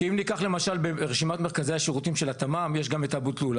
כי אם ניקח למשל ברשימת מרכזי השירותים של התמ"מ יש גם את אבו טלולה,